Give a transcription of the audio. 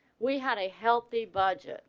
we had a healthy budget